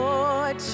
Lord